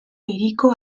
hiriko